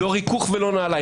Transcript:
לא ריכוך ולא נעליים.